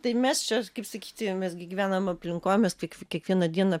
tai mes čia kaip sakyti mes gi gyvenam aplinkoj mes kiekvieną dieną